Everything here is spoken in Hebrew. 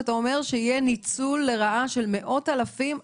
כשאתה אומר שיהיה ניצול לרעה של מאות אלפים.